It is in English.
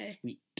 sweet